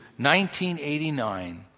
1989